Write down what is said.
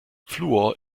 fluor